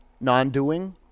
Non-doing